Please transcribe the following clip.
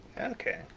okay